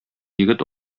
егет